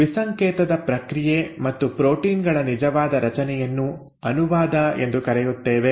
ವಿಸಂಕೇತದ ಪ್ರಕ್ರಿಯೆ ಮತ್ತು ಪ್ರೋಟೀನ್ ಗಳ ನಿಜವಾದ ರಚನೆಯನ್ನು ಅನುವಾದ ಎಂದು ಕರೆಯುತ್ತೇವೆ